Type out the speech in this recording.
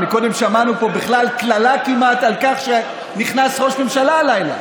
קודם שמענו פה בכלל קללה כמעט על כך שנכנס ראש ממשלה הלילה.